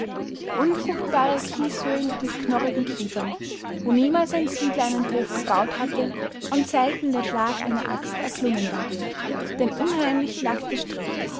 unfruchtbare kieshöhen mit knorrigen kiefern wo niemals ein siedler einen hof gebaut hatte und selten der schlag einer axt erklungen war denn unheimlich lag der strich